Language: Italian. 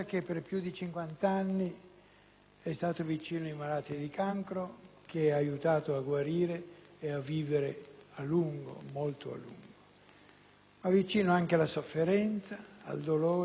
è stato vicino ai malati di cancro (che ha aiutato a guarire e a vivere a lungo, molto a lungo), ma vicino anche alla sofferenza, al dolore, alla morte.